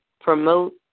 promote